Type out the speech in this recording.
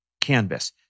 canvas